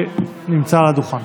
שנמצא על הדוכן.